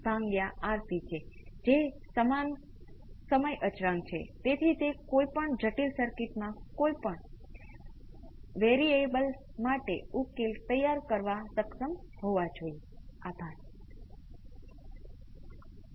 તમે ધારો કે તમારી પાસે કેપેસિટર પર કેટલાક V c l 0 છે